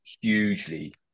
hugely